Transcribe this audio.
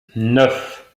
neuf